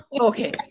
okay